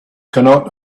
cannot